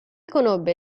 conobbe